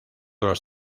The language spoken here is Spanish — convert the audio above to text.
los